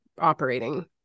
operating